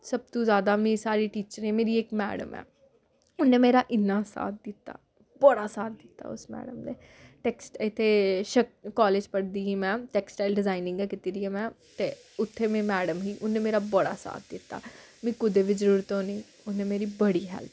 सब तूं ज्यादा मीं साढ़ी टीचरें मेरी इक मैडम ऐ उन्नै मेरा इन्ना साथ दित्ता बड़ा साथ दित्ता उस मैडम दे टैक्स ते कालेज पढ़दी ही में टैक्सटाइल डिजाइनिंग गै कीती दी ऐ में ते उत्थै में मैडम ही उन्न्नै मेरा बड़ा साथ दित्ता मीं कुदै बी जरूरत होनी उन्नै मेरी बड़ी हैल्प करनी